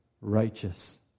righteous